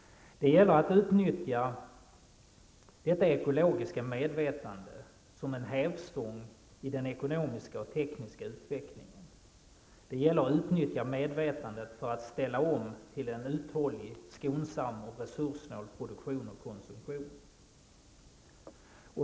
Det gäller att utnyttja detta ekologiska medvetande som en hävstång i den ekonomiska och tekniska utvecklingen. Det gäller att utnyttja medvetandet för att ställa om till en uthållig, skonsam och resurssnål produktion och konsumtion.